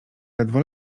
ledwo